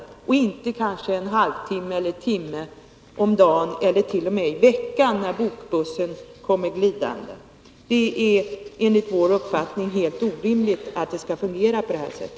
Det räcker inte med den halvtimme eller timme om dagen eller i veckan som bokbussen kommer glidande. Enligt vår uppfattning är det helt orimligt att det i dag skall fungera på detta sätt.